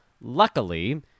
Luckily